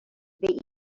they